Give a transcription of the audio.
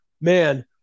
man